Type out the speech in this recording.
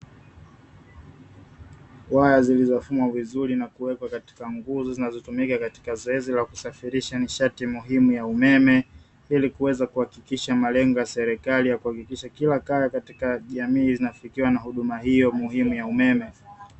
Waya zilizofungwa vizuri na kuwekwa katika nguzo zinazotumika katika zoezi la kusafirisha nishati muhimu ya umeme, ilikuweza kuhakikisha malengo ya serikali ya kuhakikisha kila kaya katika jamii zinafikiwa na huduma hio muhimu ya umeme.